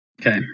Okay